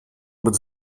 быть